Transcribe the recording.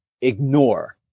ignore